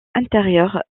intérieure